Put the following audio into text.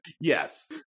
Yes